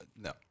No